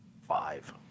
Five